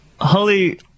Holly